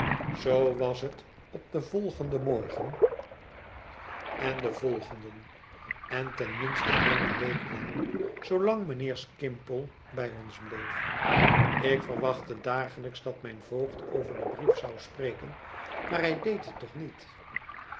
zoo was het op den volgenden morgen en den volgenden en ten minste eene week lang zoolang mijnheer skimpole bij ons bleef ik verwachtte dagelijks dat mijn voogd over den brief zou spreken maar hij deed het toch niet